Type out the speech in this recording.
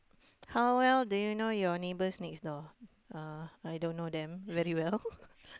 how well do you know your neighbors next door uh I don't know them very well